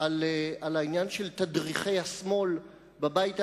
על העניין של תדריכי השמאל בבית הלבן.